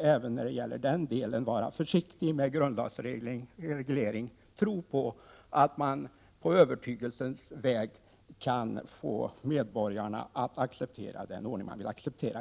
Även när det gäller den delen bör man vara försiktig med avseende på grundlagsreglering och i stället tro på att man på övertygelsens väg kan få medborgarna att acceptera den önskade ordningen.